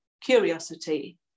curiosity